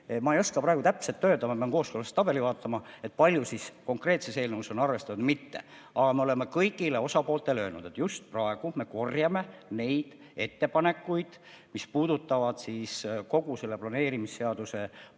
ei oska praegu täpselt öelda, ma pean kooskõlastustabelit vaatama, kui palju seda konkreetses eelnõus on arvestatud. Aga me oleme kõigile osapooltele öelnud, et just praegu me korjame neid ettepanekuid, mis puudutavad kogu selle planeerimisseaduse